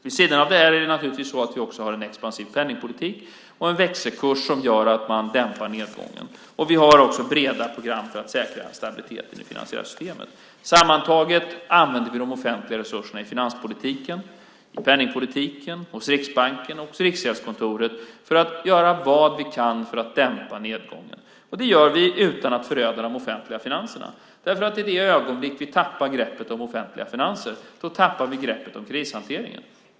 Vid sidan av det här har vi också en expansiv penningpolitik och en växelkurs som dämpar nedgången. Vi har också breda program för att säkra stabiliteten i de finansiella systemen. Sammantaget använder vi de offentliga resurserna i finanspolitiken, i penningpolitiken, hos Riksbanken, hos Riksgäldskontoret för att göra vad vi kan för att dämpa nedgången. Och det gör vi utan att föröda de offentliga finanserna, därför att i det ögonblick som vi tappar greppet om de offentliga finanserna tappar vi greppet om krishanteringen.